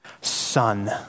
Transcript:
son